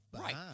Right